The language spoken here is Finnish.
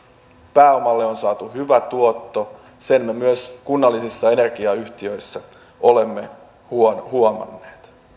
pääomalle on saatu hyvä tuotto sen me myös kunnallisissa energiayhtiöissä olemme huomanneet